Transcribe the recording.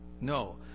No